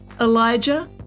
Elijah